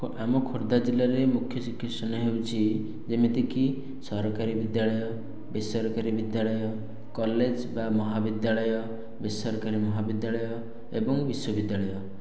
ଆମ ଖୋର୍ଦ୍ଧା ଜିଲ୍ଲାରେ ମୁଖ୍ୟ ଶିକ୍ଷା ସ୍ଥାନ ହେଉଛି ଯେମିତିକି ସରକାରୀ ବିଦ୍ୟାଳୟ ବେସରକାରୀ ବିଦ୍ୟାଳୟ କଲେଜ୍ ବା ମହାବିଦ୍ୟାଳୟ ବେସରକାରୀ ମହାବିଦ୍ୟାଳୟ ଏବଂ ବିଶ୍ୱ ବିଦ୍ୟାଳୟ